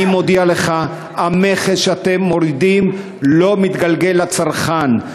אני מודיע לך: המכס שאתם מורידים לא מתגלגל לצרכן.